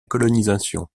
colonisation